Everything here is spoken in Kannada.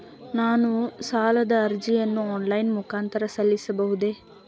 ನಾನು ಸಾಲದ ಅರ್ಜಿಯನ್ನು ಆನ್ಲೈನ್ ಮುಖಾಂತರ ಸಲ್ಲಿಸಬಹುದೇ?